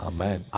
Amen